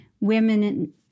women